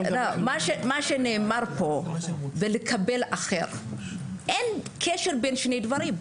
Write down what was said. מה שנאמר פה בלקבל אחר, אין קשר בין שני הדברים.